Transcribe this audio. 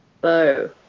bow